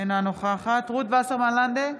אינה נוכחת רות וסרמן לנדה,